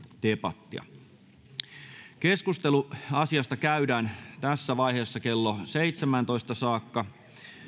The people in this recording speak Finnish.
debattia keskustelua asiasta käydään tässä vaiheessa kello seitsemääntoista saakka